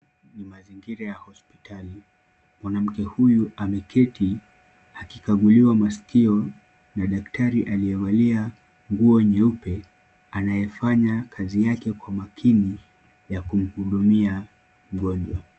Ni mazingira ya hospitali. Mwanamke huyu ameketi akikaguliwa masikio na daktari aliyevalia nguo nyeupe anayefanya kazi yake kwa makini ya kumhudumia mgonjwa.